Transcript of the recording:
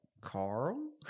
Carl